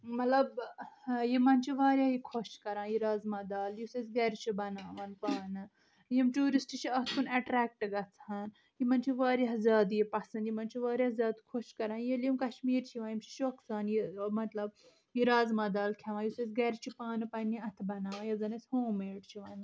مطلب یِمَن چھُ واریاہ یہِ خۄش کَران یہِ رازما دال یُس أسۍ گَرِ چھِ بَناوان پانہٕ یِم ٹیوٗرِسٹ چھِ اَتھ کُن اَٹرٛٮ۪کٹ گژھان یِمَن چھِ واریاہ زیادٕ یہِ پسنٛد یِمَن چھُ واریاہ زیادٕ خۄش کَران ییٚلہِ یِم کشمیٖر چھِ یِوان یِم چھِ شوقہٕ سان یہِ مطلب یہِ رازما دال کھٮ۪وان یُس أسۍ گَرِ چھِ پانہٕ پَنٛنہِ اَتھٕ بَناوان یَتھ زَن أسۍ ہوم میڈ چھِ وَنان